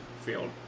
field